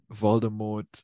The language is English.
Voldemort